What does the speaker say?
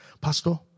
Pastor